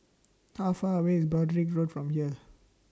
How Far away IS Broadrick Road from here